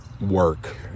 work